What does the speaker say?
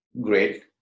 great